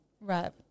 Right